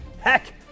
Heck